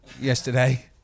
yesterday